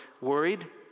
worried